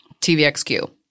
TVXQ